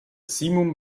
simum